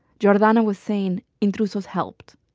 jordana was saying intrusos helped.